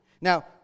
Now